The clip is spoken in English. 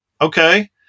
Okay